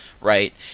right